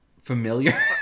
familiar